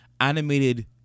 animated